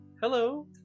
hello